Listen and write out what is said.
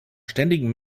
ständigen